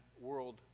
world